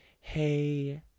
hey